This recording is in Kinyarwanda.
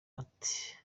ati